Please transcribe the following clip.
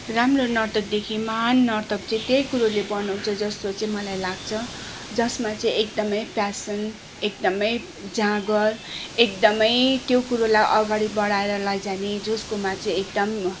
राम्रो नर्तकदेखि महान् नर्तक चाहिँ त्यही कुरोले बनाउँछ जस्तो चाहिँ मलाई लाग्छ जसमा चाहिँ एकदमै प्यासन एकदमै जाँगर एकदमै त्यो कुरोलाई अगाडि बढाएर लैजाने जसकोमा चाहिँ एकदम